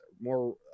more